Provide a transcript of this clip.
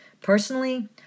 Personally